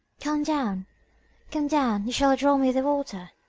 come down come down, you shall draw me the water.